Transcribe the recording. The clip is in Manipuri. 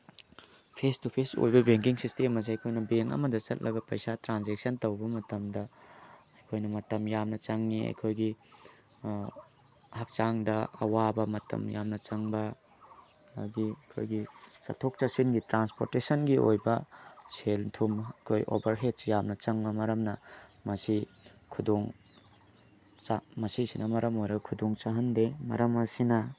ꯐꯦꯁ ꯇꯨ ꯐꯦꯁ ꯑꯣꯏꯕ ꯕꯦꯡꯀꯤꯡ ꯁꯤꯁꯇꯦꯝ ꯑꯁꯤ ꯑꯩꯈꯣꯏꯅ ꯕꯦꯡ ꯑꯃꯗ ꯆꯠꯂꯒ ꯄꯩꯁꯥ ꯇ꯭ꯔꯥꯟꯖꯦꯛꯁꯟ ꯇꯧꯕ ꯃꯇꯝꯗ ꯑꯩꯈꯣꯏꯅ ꯃꯇꯝ ꯌꯥꯝꯅ ꯆꯪꯏ ꯑꯩꯈꯣꯏꯒꯤ ꯍꯛꯆꯥꯡꯗ ꯑꯋꯥꯕ ꯃꯇꯝ ꯌꯥꯝꯅ ꯆꯪꯕ ꯑꯗꯒꯤ ꯑꯩꯈꯣꯏꯒꯤ ꯆꯠꯊꯣꯛ ꯆꯠꯁꯤꯟꯒꯤ ꯇ꯭ꯔꯥꯟꯄꯣꯔꯇꯦꯁꯟꯒꯤ ꯑꯣꯏꯕ ꯁꯦꯜ ꯊꯨꯝ ꯑꯩꯈꯣꯏ ꯑꯣꯚꯔꯍꯦꯠꯁ ꯌꯥꯝ ꯆꯪꯕ ꯃꯔꯝꯅ ꯃꯁꯤ ꯈꯨꯗꯣꯡ ꯃꯁꯤꯁꯤꯅ ꯃꯔꯝ ꯑꯣꯏꯔꯒ ꯈꯨꯗꯣꯡꯆꯥꯍꯟꯗꯦ ꯃꯔꯝ ꯑꯁꯤꯅ